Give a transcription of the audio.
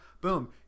boom